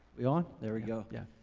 we on, there we go. yeah.